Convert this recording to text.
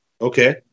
Okay